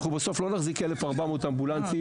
בסוף אנחנו לא נחזיק 1,400 אמבולנסים.